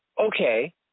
Okay